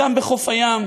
גם בחוף הים,